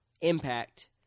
Impact